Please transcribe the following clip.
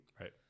Right